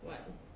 what